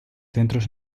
centros